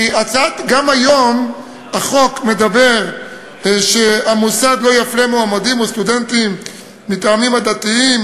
כי גם היום החוק אומר שמוסד לא יפלה מועמדים או סטודנטים מטעמים עדתיים,